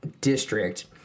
district